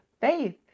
Faith